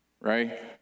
right